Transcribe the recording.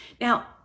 Now